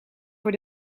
voor